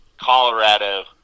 Colorado